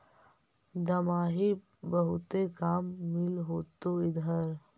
दमाहि बहुते काम मिल होतो इधर?